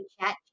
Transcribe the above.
chat